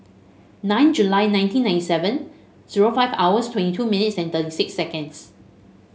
nine July nineteen ninety seven zero five hours twenty two minutes and thirty six seconds